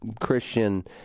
Christian